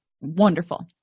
Wonderful